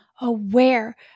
aware